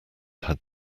had